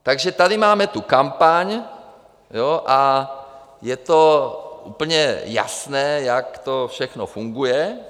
Takže tady máme tu kampaň a je to úplně jasné, jak to všechno funguje.